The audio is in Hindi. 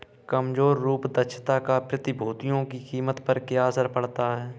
कमजोर रूप दक्षता का प्रतिभूतियों की कीमत पर क्या असर पड़ता है?